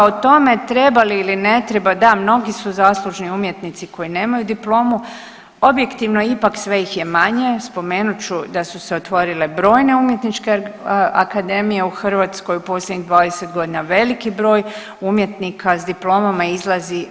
O tome treba li ili ne treba, da mnogi su zaslužni umjetnici koji nemaju diplomi, objektivno ipak sve ih je manje, spomenut ću da su se otvorile brojne umjetničke akademije u Hrvatskoj u posljednjih 20 godina veliki broj umjetnika s diplomama izlazi.